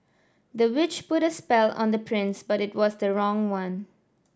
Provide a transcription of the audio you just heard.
the witch put a spell on the prince but it was the wrong one